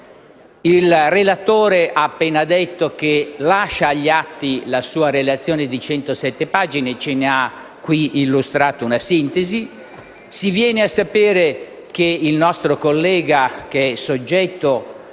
Il relatore ha appena detto che lascia agli atti la sua relazione di 107 pagine, di cui ha qui illustrato una sintesi. Si viene a sapere che il nostro collega, che è soggetto